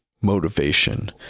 motivation